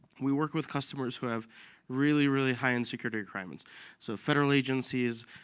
we work with customers who have really, really high-end security crimes so, federal agencies,